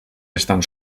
estan